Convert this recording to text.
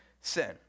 sin